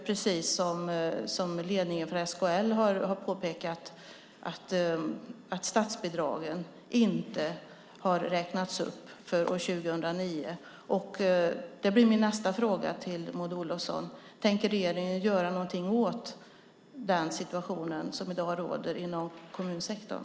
Precis som ledningen för SKL har påpekat har statsbidragen inte räknats upp för år 2009. Det blir min nästa fråga till Maud Olofsson: Tänker regeringen göra någonting åt den situation som i dag råder inom kommunsektorn?